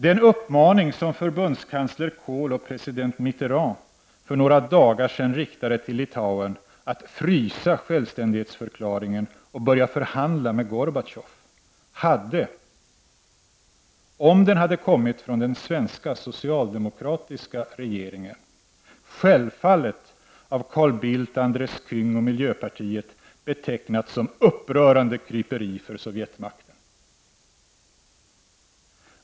Den uppmaning som förbundskansler Kohl och president Mitterrand för några dagar sedan riktade till Litauen om att frysa självständighetsförklaringen och börja förhandla med Gorbatjov skulle, om den hade kommit från den svenska socialdemokratiska regeringen, av Carl Bildt, Andres Käng och miljöpartiet självfallet ha betecknats som ett upprörande kryperi för Sovjetmakten.